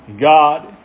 God